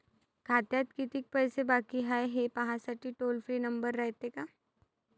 खात्यात कितीक पैसे बाकी हाय, हे पाहासाठी टोल फ्री नंबर रायते का?